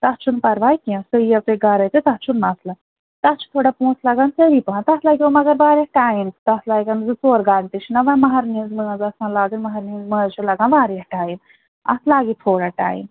تَتھ چھُنہٕ پَرواے کیٚنٛہہ سۄ یِیَو تۄہہِ گَرَے تہٕ تَتھ چھُنہٕ مَسلہٕ تَتھ چھِ تھوڑا پۅنٛسہٕ لَگان ژٔری پَہَم تَتھ لَگوٕ مگر واریاہ ٹایِم تَتھ لَگَن زٕ ژور گنٛٹہٕ یہِ چھُناہ وۅنۍ مہارنہِ ہٕنٛز مٲنٛز آسان لاگٕنۍ مہارنہِ ہٕنٛز مٲنٛزِ چھُ لَگان واریاہ ٹایِم اَتھ لَگہِ تھوڑا ٹایِم